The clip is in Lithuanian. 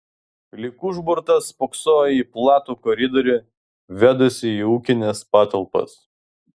lyg užburtas spoksojo į platų koridorių vedusį į ūkines patalpas